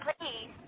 please